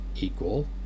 equal